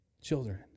children